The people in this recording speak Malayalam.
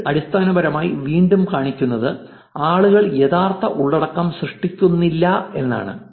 ഇത് അടിസ്ഥാനപരമായി വീണ്ടും കാണിക്കുന്നത് ആളുകൾ യഥാർത്ഥ ഉള്ളടക്കം സൃഷ്ടിക്കുന്നില്ല എന്നാണ്